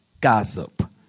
gossip